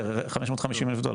550 אלף דולר.